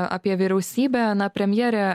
apie vyriausybę na premjerė